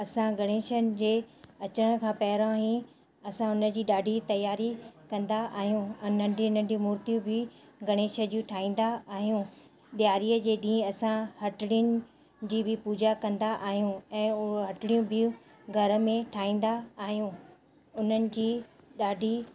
असां गणेशन जे अचण खां पहिरियों ई असां उन जी ॾाढी तयारी कंदा आहियूं ऐं नंढियूं नंढियूं मूर्तियूं बि गणेश जी ठाहींदा आहियूं ॾियारीअ ॾींहुं असां हटड़िनि जी बि पूजा कंदा आहियूं ऐं उहे हटड़ियूं बि घर में ठाहींदा आहियूं उन्हनि जी ॾाढी